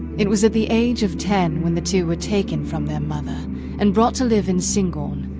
it was at the age of ten when the two were taken from their mother and brought to live in syngorn,